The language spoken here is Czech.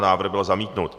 Návrh byl zamítnut.